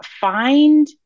find